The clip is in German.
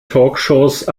talkshows